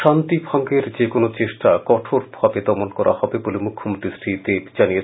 শান্তি ভঙ্গের যে কোনো চেষ্টা কঠোরভাবে দমন করা হবে বলে মুখ্যমন্ত্রী শ্রীদেব জানিয়েছেন